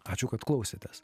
ačiū kad klausėtės